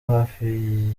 hafi